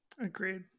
Agreed